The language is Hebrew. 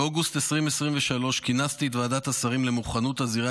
באוגוסט 2023 כינסתי את ועדת השרים למוכנות הזירה